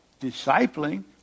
discipling